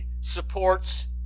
supports